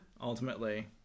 Ultimately